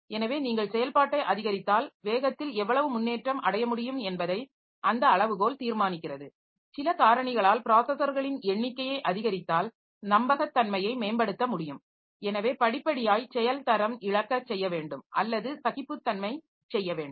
எனவே நீங்கள் செயல்பாட்டை அதிகரித்தால் வேகத்தில் எவ்வளவு முன்னேற்றம் அடைய முடியும் என்பதை அந்த அளவுகோல் தீர்மானிக்கிறது சில காரணிகளால் ப்ராஸஸர்களின் எண்ணிக்கையை அதிகரித்தால் நம்பகத்தன்மையை மேம்படுத்த முடியும் எனவே படிப்படியாய்ச் செயல்தரம் இழக்க செய்ய வேண்டும் அல்லது சகிப்புத்தன்மை செய்ய வேண்டும்